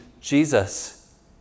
Jesus